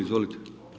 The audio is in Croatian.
Izvolite.